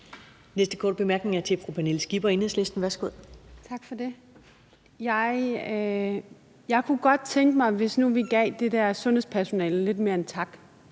næste korte bemærkning er til fru Pernille Skipper, Enhedslisten. Værsgo. Kl. 14:17 Pernille Skipper (EL): Tak for det. Jeg kunne godt tænke mig, hvis vi nu gav det der sundhedspersonale lidt mere end en tak.